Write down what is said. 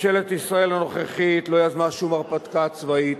ממשלת ישראל הנוכחית לא יזמה שום הרפתקה צבאית,